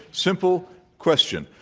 simple question.